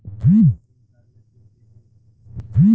ATM card के PIN कैसे set करम?